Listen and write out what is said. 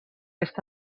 est